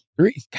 Three